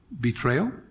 betrayal